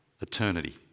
Eternity